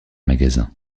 magasin